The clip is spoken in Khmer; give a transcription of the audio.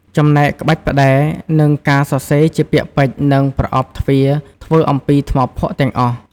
ចំណែកក្បាច់ផ្តែរ និងការសរសេរជាពាក្យពេចន៍ និងប្រអប់ទ្វារធ្វើអំពីថ្មភក់ទាំងអស់។